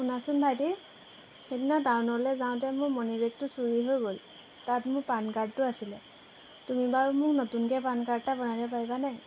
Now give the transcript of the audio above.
শুনাচোন ভাইটি সেইদিনা টাউনলৈ যাওঁতে মোৰ মানি বেগটো চুৰী হৈ গ'ল তাত মোৰ পান কাৰ্ডটো আছিলে তুমি বাৰু মোক নতুনকৈ পান কাৰ্ড এটা বনাই দিব পাৰিবা নাই